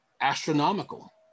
astronomical